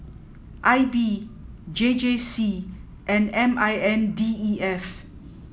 I B J J C and M I N D E F